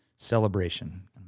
celebration